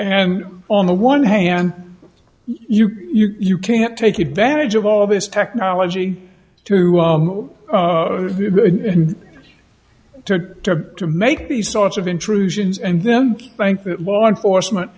and on the one hand you you can't take advantage of all this technology to and to to make these sorts of intrusions and them think that law enforcement